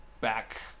back